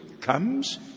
comes